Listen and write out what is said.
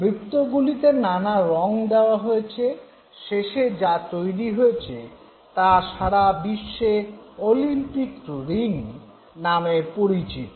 বৃত্তগুলিতে নানা রং দেওয়া হয়েছে শেষে যা তৈরি হয়েছে তা সারা বিশ্বে ওলিম্পিক রিং নামে পরিচিত